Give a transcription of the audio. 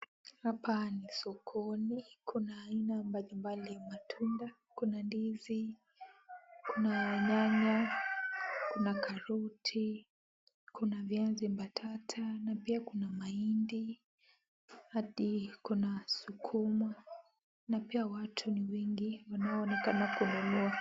Hapa ni sokoni kuna aina mbalimbali ya matunda, kuna ndizi, kuna nyanya, kuna karoti, kuna viazi mbatata na pia kuna mahindi hadi kuna sukuma na pia watu ni wengi wanaoonekana kununua.